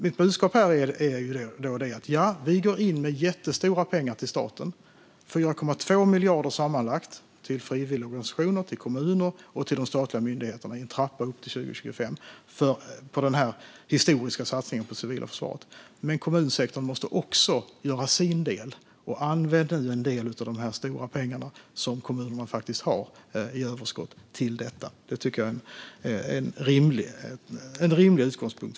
Mitt budskap är att vi går in med jättestora pengar från staten, sammanlagt 4,2 miljarder, till frivilligorganisationer, kommuner och statliga myndigheter i en trappa upp till 2025, för denna historiska satsning på det civila försvaret. Men kommunsektorn måste också göra sin del och använda en del av de stora belopp som de har i överskott till detta. Det tycker jag faktiskt är en rimlig utgångspunkt.